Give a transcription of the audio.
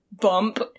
bump